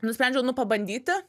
nusprendžiau nu pabandyti